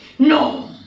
No